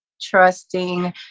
trusting